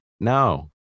no